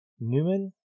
Newman